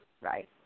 right